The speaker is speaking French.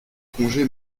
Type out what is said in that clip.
congé